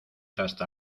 hasta